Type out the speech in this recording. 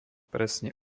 presne